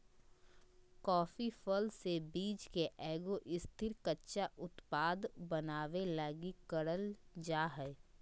coffee फल से बीज के एगो स्थिर, कच्चा उत्पाद बनाबे लगी करल जा हइ